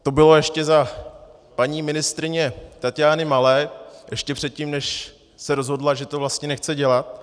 To bylo ještě za paní ministryně Taťány Malé, ještě předtím, než se rozhodla, že to vlastně nechce dělat.